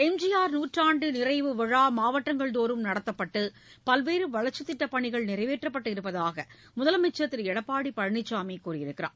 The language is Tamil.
எம்ஜிஆர் நூற்றாண்டு நிறைவு விழா மாவட்டங்கள் தோறும் நடத்தப்பட்டு பல்வேறு வளர்ச்சித் திட்டப் பணிகள் நிறைவேற்றப்பட்டு இருப்பதாக முதலமைச்சர் திரு எடப்பாடி பழனிசாமி கூறியிருக்கிறார்